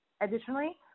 Additionally